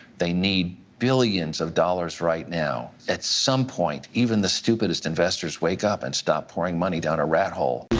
they need billions of dollars right now. at some point even the stupidest investors wake up and stop pouring money down a rat hole.